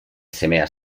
semea